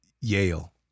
Yale